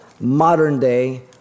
modern-day